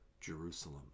Jerusalem